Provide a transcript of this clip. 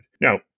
Now